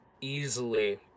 easily